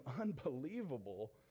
unbelievable